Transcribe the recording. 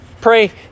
Pray